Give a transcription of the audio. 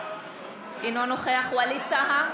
אינו נוכח ווליד טאהא,